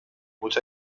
mucha